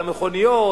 על המכוניות,